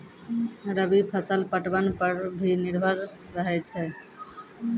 रवि फसल पटबन पर भी निर्भर रहै छै